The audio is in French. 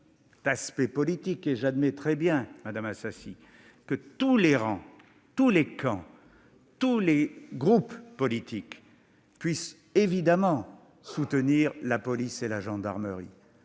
opinion politique. J'admets très bien, madame Assassi, que tous les rangs, tous les camps et tous les groupes politiques peuvent soutenir la police et la gendarmerie.